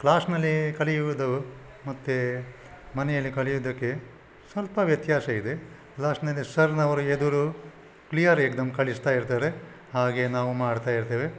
ಕ್ಲಾಸ್ನಲ್ಲಿ ಕಲಿಯುವುದು ಮತ್ತು ಮನೆಯಲ್ಲಿ ಕಲಿಯುವುದಕ್ಕೆ ಸ್ವಲ್ಪ ವ್ಯತ್ಯಾಸ ಇದೆ ಕ್ಲಾಸ್ನಲ್ಲಿ ಸರ್ನವರ ಎದುರು ಕ್ಲೀಯರ್ ಏಕ್ ದಮ್ ಕಲಿಸ್ತಾಯಿರ್ತಾರೆ ಹಾಗೆ ನಾವು ಮಾಡ್ತಾಯಿರ್ತೇವೆ